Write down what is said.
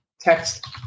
text